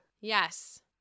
Yes